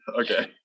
okay